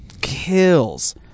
kills